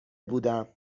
بودم